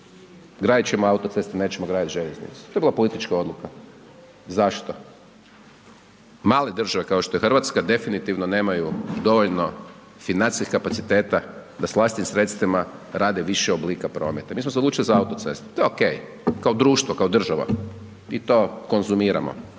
gradit ćemo autoceste, nećemo gradit željeznicu, to je bila politička odluka. Zašto? Male države, kao što je Hrvatska definitivno nemaju dovoljno financijskih kapaciteta da s vlastitim sredstvima rade više oblika prometa. Mi smo se odlučili za autoceste, to je OK, kao društvo, kao država i to konzumiramo,